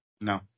No